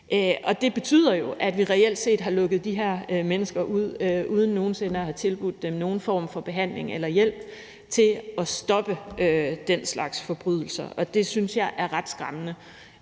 Det betyder jo, at vi reelt set har lukket de her mennesker ud uden nogen sinde at have tilbudt dem nogen form for behandling eller hjælp til at stoppe den slags forbrydelser, og det synes jeg er ret skræmmende.